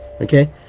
Okay